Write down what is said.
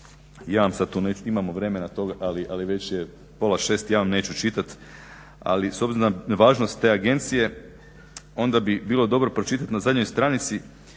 ja vam sad tu neću, imamo vremena ali već je pola 6 i ja vam neću čitat, ali s obzirom na važnost te agencije onda bi bilo dobro pročitat na zadnjoj stranici